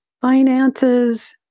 finances